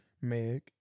Meg